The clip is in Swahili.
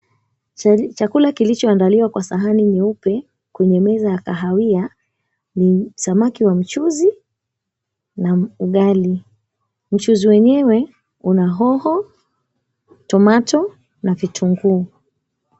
Chakula kilichoandaliwa kwa sahani nyeupe kwenye meza ya kahawia ni samaki wa mchuzi na ugali. Mchuzi wenyewe una hoho, tomato , na vitunguu.